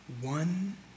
One